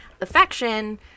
affection